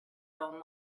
own